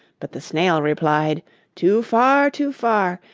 but the snail replied too far, too far!